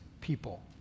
people